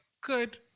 good